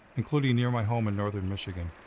including near my home in northern michigan.